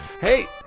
Hey